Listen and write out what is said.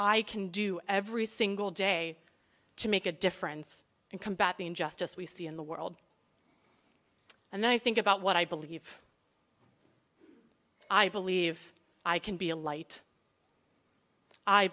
i can do every single day to make a difference in combating injustice we see in the world and i think about what i believe i believe i can be a light i